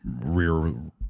rear